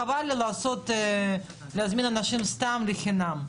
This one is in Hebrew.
חבל לי להזמין אנשים סתם לחינם.